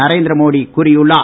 நரேந்திர மோடி கூறியுள்ளார்